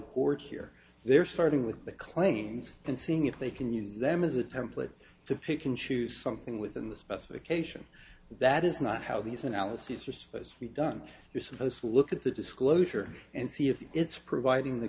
courts here they're starting with the claims and seeing if they can use them as a template to pick and choose something within the specification that is not how these analyses are supposed to be done you're supposed to look at the disclosure and see if it's providing the